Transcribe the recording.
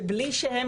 שבלי שהם,